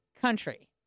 country